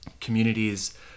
communities